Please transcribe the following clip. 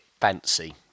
fancy